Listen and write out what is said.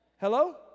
Hello